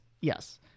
Yes